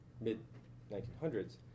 mid-1900s